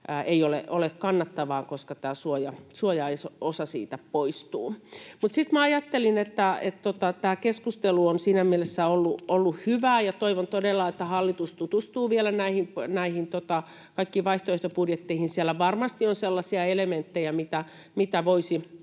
ei ole kannattavaa, koska tämä suojaosa siitä poistuu. Mutta sitten minä ajattelin, että tämä keskustelu on siinä mielessä ollut hyvää, ja toivon todella, että hallitus tutustuu vielä näihin kaikkiin vaihtoehtobudjetteihin. Siellä varmasti on sellaisia elementtejä, mitä voisi